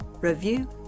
review